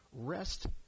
Rest